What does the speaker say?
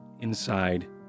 inside